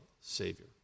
Savior